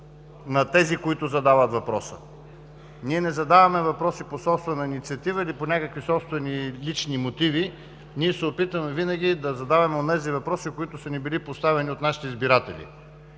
на тези, които задават въпроса. Ние не задаваме въпроси по собствена инициатива или по някакви собствени и лични мотиви. Ние се опитваме винаги да задаваме онези въпроси, които са ни били поставени от нашите избиратели.